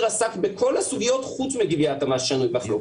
עסק בכל הסוגיות חוץ מגביית המס השנוי במחלוקת.